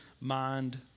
mind